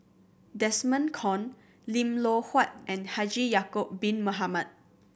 Desmond Kon Lim Loh Huat and Haji Ya'acob Bin Mohamed